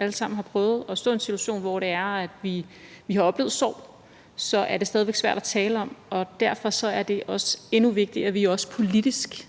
alle sammen selv har prøvet at stå i en situation, hvor vi har oplevet sorg, er det stadig væk svært at tale om, og derfor er det også endnu vigtigere, at vi politisk